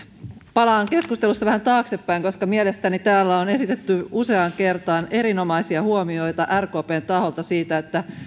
palaan keskustelussa vähän taaksepäin koska mielestäni täällä on esitetty useaan kertaan erinomaisia huomioita rkpn taholta siitä että